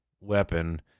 weapon